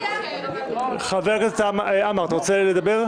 חבר הכנסת עמאר, אתה רוצה לדבר?